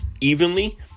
evenly